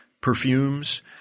perfumes